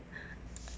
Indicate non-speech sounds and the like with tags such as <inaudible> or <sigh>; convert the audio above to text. <breath>